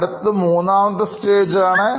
അടുത്തത് മൂന്നാമത്തെ സ്റ്റേജ് ആണ്